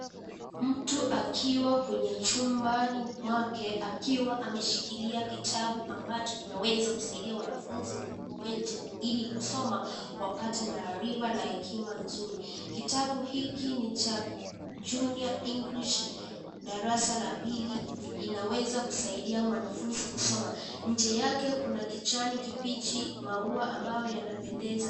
Mtu akiwa kwenye chumbani mwake akiwa ameshikilia Kitabu ambacho kinaweza kusaidia wanafunzi wetu Ili kusoma wapate maarifa na hekima nzuri. Kitabu hiki ni cha Junior English darasa la pili. Inaweza kusaidia mwanafunzi kusoma. Nje yake kuna kijani kibichi maua ambao yanapendeza